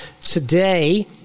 Today